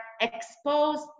exposed